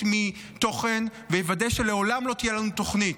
מתוכן ויוודא שלעולם לא תהיה לנו תוכנית.